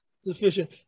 sufficient